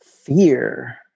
Fear